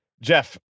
Jeff